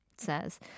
says